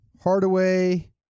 Hardaway